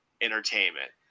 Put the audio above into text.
entertainment